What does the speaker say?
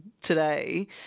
today